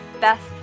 best